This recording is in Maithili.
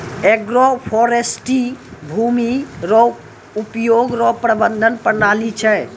एग्रोफोरेस्ट्री भूमी रो उपयोग रो प्रबंधन प्रणाली छै